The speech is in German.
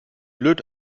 blöd